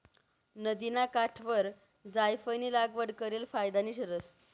नदिना काठवर जायफयनी लागवड करेल फायदानी ठरस